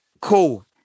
cool